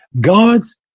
god's